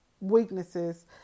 weaknesses